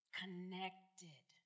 connected